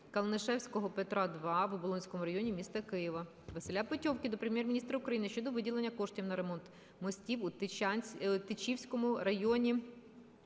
Калнишевського Петра, 2 в Оболонському районі міста Києва. Василя Петьовки до Прем'єр-міністра України щодо виділення коштів на ремонт мостів у Тячівському районі